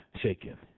shaken